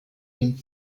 dem